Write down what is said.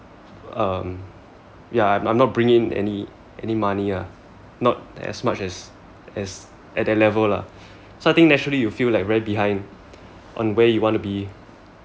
um ya I'm not bringing in any any money lah not as much as as at that level lah so I think naturally I think you feel very behind on where you want to be